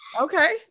Okay